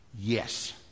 Yes